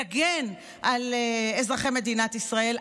יגן על אזרחי מדינת ישראל,